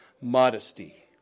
modesty